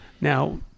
Now